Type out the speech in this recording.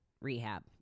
rehab